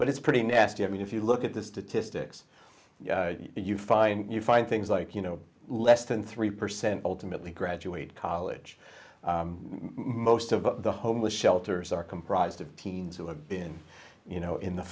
but it's pretty nasty i mean if you look at the statistics you find you find things like you know less than three percent ultimately graduate college most of the homeless shelters are comprised of teens who have been you know in the